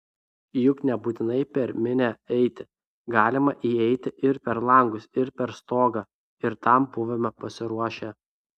juk nebūtinai per minią eiti galima įeiti ir per langus ir per stogą ir tam buvome pasiruošę